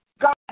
God